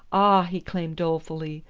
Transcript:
ah! he exclaimed dolefully,